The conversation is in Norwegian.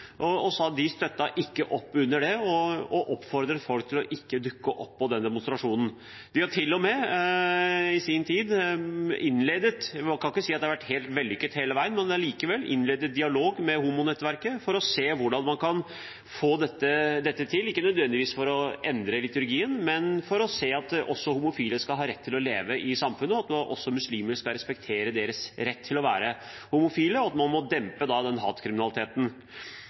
De innledet til og med i sin tid dialog med Homonettverket. Man kan ikke si at det har vært helt vellykket hele veien, men allikevel, de innledet dialog med Homonettverket for å se hvordan man kan få dette til – ikke nødvendigvis for å endre liturgien, men for å se at også homofile skal ha rett til å leve i samfunnet, at også muslimer skal respektere deres rett til å være homofile, og at man må dempe den hatkriminaliteten.